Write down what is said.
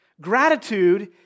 Gratitude